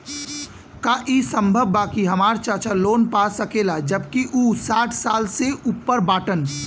का ई संभव बा कि हमार चाचा लोन पा सकेला जबकि उ साठ साल से ऊपर बाटन?